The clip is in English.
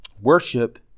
Worship